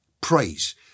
praise